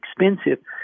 expensive